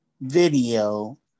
video